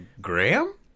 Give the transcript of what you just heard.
Graham